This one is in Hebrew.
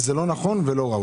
זה לא נכון ולא ראוי.